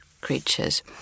creatures